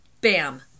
Bam